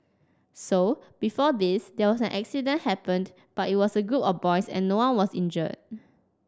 so before this there was an accident happened but it was a group of boys and no one was injured